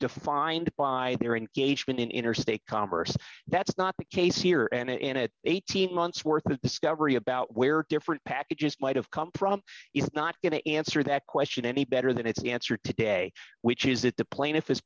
defined by their engagement in interstate commerce that's not the case here and at eighteen months worth of discovery about where different packages might have come from it's not going to answer that question any better than it's the answer today which is that the pla